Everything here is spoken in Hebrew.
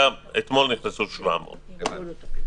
אתמול נכנסו 700 אנשים.